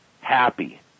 happy